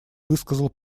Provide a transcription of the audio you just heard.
высказал